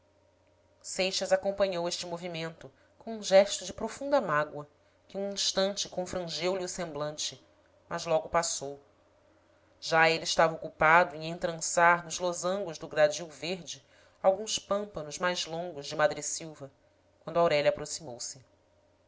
seixas acompanhou este movimento com um gesto de profunda mágoa que um instante confrangeu lhe o semblante mas logo passou já ele estava ocupado em entrançar nos losangos do gradil verde alguns pâmpanos mais longos de madressilva quando aurélia aproximou-se